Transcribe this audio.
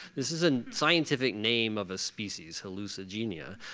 this is a scientific name of a species, hallucigenia,